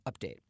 update